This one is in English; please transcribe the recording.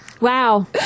Wow